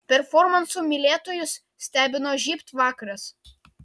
performansų mylėtojus stebino žybt vakaras